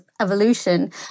evolution